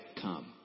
come